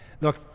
Look